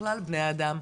בכלל בני אדם,